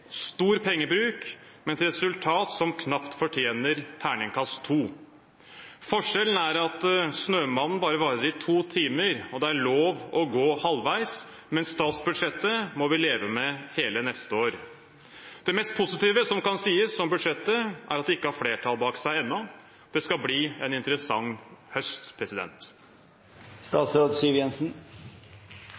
stor pengebruk, med et resultat som knapt fortjener terningkast 2. Forskjellen er at «Snømannen» bare varer i to timer, og at det er lov å gå halvveis, mens statsbudsjettet må vi leve med hele neste år. Det mest positive som kan sies om budsjettet, er at det ikke har flertall bak seg ennå. Det skal bli en interessant høst.